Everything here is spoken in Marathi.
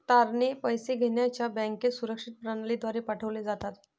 तारणे पैसे घेण्याऱ्याच्या बँकेत सुरक्षित प्रणालीद्वारे पाठवले जातात